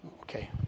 Okay